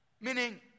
Meaning